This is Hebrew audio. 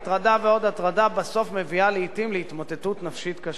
הטרדה ועוד הטרדה בסוף מביאה לעתים להתמוטטות נפשית קשה.